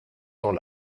temps